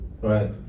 right